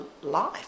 life